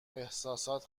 احساسات